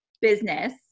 business